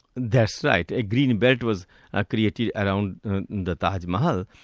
that's right. a green belt was ah created around the taj mahal,